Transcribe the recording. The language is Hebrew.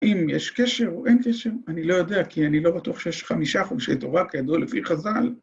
‫אם יש קשר או אין קשר, ‫אני לא יודע, ‫כי אני לא בטוח שיש חמישה חומשי ‫תורה כידוע לפי חז"ל.